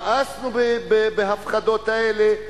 מאסנו בהפחדות האלה.